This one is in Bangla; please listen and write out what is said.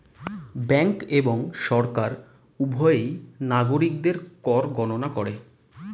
ব্যাঙ্ক এবং সরকার উভয়ই নাগরিকদের কর গণনা করে